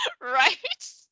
Right